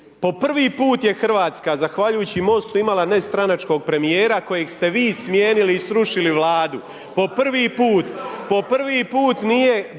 po prvi put je Hrvatska zahvaljujući MOST-u imala nestranačkog premijera kojeg ste vi smijenili i srušili Vladu. Po prvi put.